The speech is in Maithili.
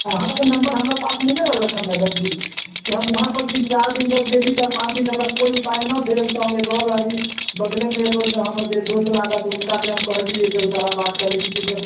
अहाँकेँ नम्बर हमरा पास नहि ने रहलक मैडम जी कि हम वहाँ पर तीन चारि दिन जब गेली चारि पाँच दिन जब कोइ उपाय नहि देल तऽ हम एहि बगलेमे हमरा जे एगो दोस्त लागत हुनका से हम कहलियै तऽ ओ सारा बात कहलक कि जब